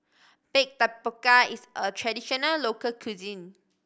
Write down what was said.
bake tapioca is a traditional local cuisine